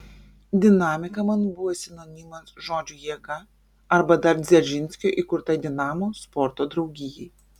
dinamika man buvo sinonimas žodžiui jėga arba dar dzeržinskio įkurtai dinamo sporto draugijai